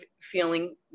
feeling